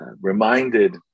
reminded